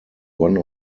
one